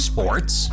Sports